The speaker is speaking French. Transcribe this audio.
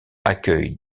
accueillent